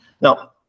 now